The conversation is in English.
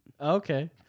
Okay